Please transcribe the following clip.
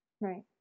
Right